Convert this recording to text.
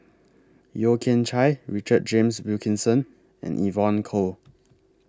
Yeo Kian Chye Richard James Wilkinson and Evon Kow